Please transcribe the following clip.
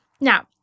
Now